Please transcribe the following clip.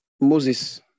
Moses